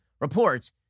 reports